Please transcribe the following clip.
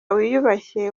wiyubashye